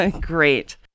Great